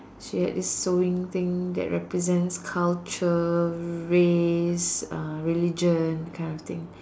she had this sowing thing that represents culture race uh religion that kind of thing